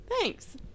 Thanks